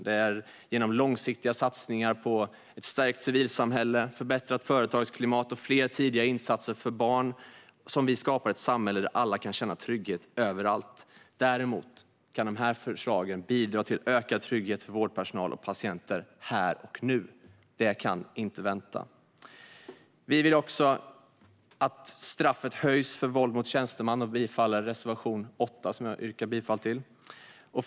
Det är genom långsiktiga satsningar på ett stärkt civilsamhälle, förbättrat företagsklimat och fler tidiga insatser för barn som vi skapar ett samhälle där alla kan känna trygghet överallt. Däremot kan dessa förslag bidra till ökad trygghet för vårdpersonal och patienter här och nu. Det kan inte vänta. Vi vill också att straffet för våld mot tjänsteman höjs, så jag yrkar bifall till reservation 8.